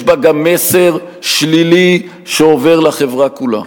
יש בה גם מסר שלילי שעובר לחברה כולה.